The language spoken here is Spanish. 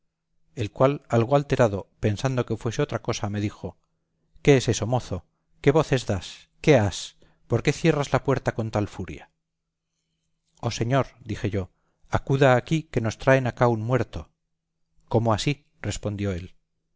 el cual algo alterado pensando que fuese otra cosa me dijo qué es eso mozo qué voces das qué has por qué cierras la puerta con tal furia oh señor dije yo acuda aquí que nos traen acá un muerto cómo así respondió él